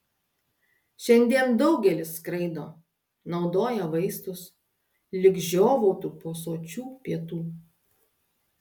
šiandien daugelis skraido naudoja vaistus lyg žiovautų po sočių pietų